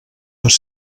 les